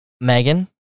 Megan